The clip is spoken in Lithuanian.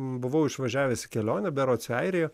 buvau išvažiavęs į kelionę berods į airiją